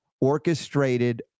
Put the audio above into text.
orchestrated